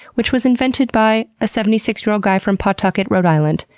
which was invented by a seventy six year old guy from pawtucket, rhode island.